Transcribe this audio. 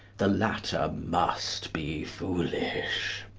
the latter must be foolish.